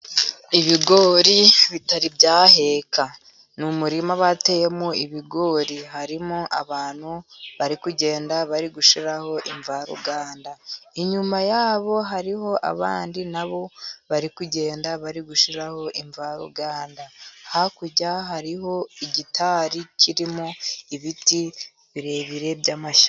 Ibigori bitari byaheka. Ni umuririma bateyemo ibigori. Harimo abantu bari kugenda bari gushyiraho imvaruganda. Inyuma yabo hariho abandi na bo bari kugenda bari gushyiraho imvaruganda. Hakurya hariho igitari kirimo ibiti birebire by'amashyamba.